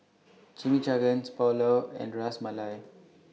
Chimichangas Pulao and Ras Malai